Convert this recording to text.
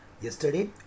yesterday